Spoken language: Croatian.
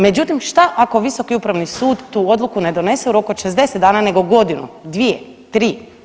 Međutim, šta ako Visoki upravni sud tu odluku ne donese u roku od 60 dana nego godinu, dvije, tri?